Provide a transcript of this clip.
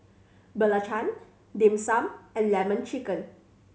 belacan Dim Sum and Lemon Chicken